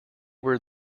were